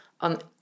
on